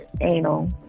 anal